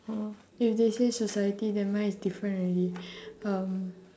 uh if they say society then mine is different already um